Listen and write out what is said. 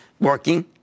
working